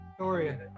Dorian